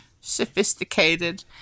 sophisticated